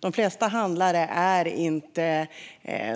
De flesta handlare är inte